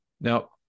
Now